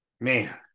Man